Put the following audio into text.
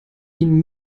ihnen